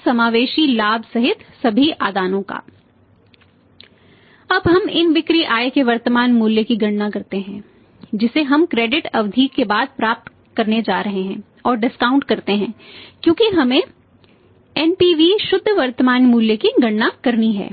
शुद्ध वर्तमान मूल्य की गणना करनी है